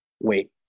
wait